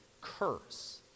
curse